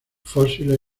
fósiles